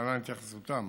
להלן התייחסותם: